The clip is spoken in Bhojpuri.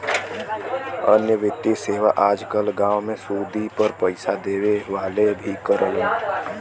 अन्य वित्तीय सेवा आज कल गांव में सुदी पर पैसे देवे वाले भी करलन